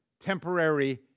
temporary